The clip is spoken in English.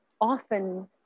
often